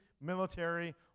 military